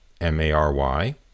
M-A-R-Y